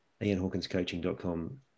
ianhawkinscoaching.com